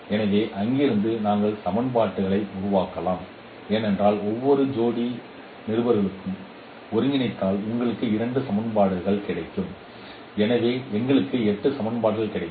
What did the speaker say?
எனவே அங்கிருந்து நீங்கள் சமன்பாடுகளை உருவாக்கலாம் ஏனென்றால் ஒவ்வொரு ஜோடி நிருபர்களும் ஒருங்கிணைத்தால் உங்களுக்கு இரண்டு சமன்பாடுகள் கிடைக்கும் எனவே எங்களுக்கு 8 சமன்பாடுகள் கிடைக்கும்